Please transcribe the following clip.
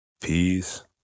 Peace